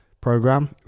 program